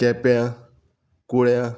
केंप्यां कुळ्या